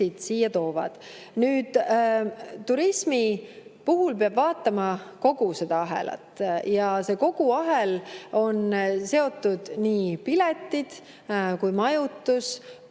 siia toovad. Nüüd, turismi puhul peab vaatama kogu seda ahelat. Kogu see ahel on seotud, nii piletid kui ka majutus